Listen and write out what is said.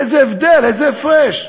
איזה הבדל, איזה הפרש.